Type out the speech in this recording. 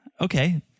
okay